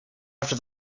after